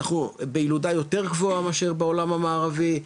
אנחנו בילודה יותר גבוהה מאשר בעולם המערבי.